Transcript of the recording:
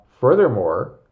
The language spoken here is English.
Furthermore